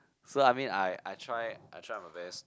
so I mean I I try I try my best